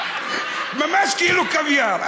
ממש כאילו קוויאר.